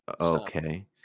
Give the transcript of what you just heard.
Okay